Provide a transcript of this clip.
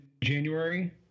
January